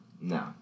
No